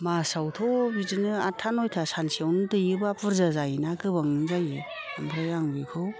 मासावथ' बिदिनो आदथा नयथा सानसेयावनो दैयोबा बुरजा जायो गोबाङानो जायो आंफ्राय आं बिखौ